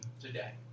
today